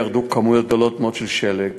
ירדו כמויות גדולות של שלג